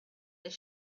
they